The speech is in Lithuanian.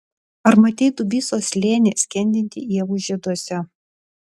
ar matei dubysos slėnį skendintį ievų žieduose